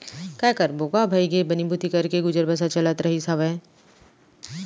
काय करबो गा भइगे बनी भूथी करके गुजर बसर चलत रहिस हावय